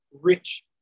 rich